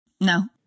No